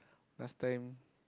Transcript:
last time